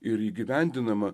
ir įgyvendinama